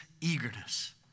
eagerness